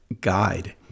Guide